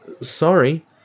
Sorry